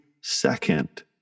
second